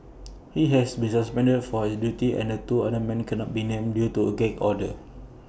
he has been suspended from his duties and the two men cannot be named due to A gag order